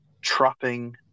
trapping